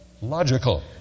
logical